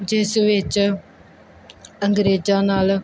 ਜਿਸ ਵਿੱਚ ਅੰਗਰੇਜ਼ਾਂ ਨਾਲ